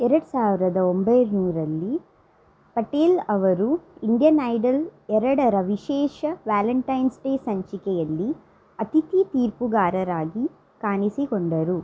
ಎರಡು ಸಾವಿರದ ಒಂಬೈನೂರರಲ್ಲಿ ಪಟೇಲ್ ಅವರು ಇಂಡಿಯನ್ ಐಡಲ್ ಎರಡರ ವಿಶೇಷ ವ್ಯಾಲೆಂಟೈನ್ಸ್ ಡೇ ಸಂಚಿಕೆಯಲ್ಲಿ ಅತಿಥಿ ತೀರ್ಪುಗಾರರಾಗಿ ಕಾಣಿಸಿಕೊಂಡರು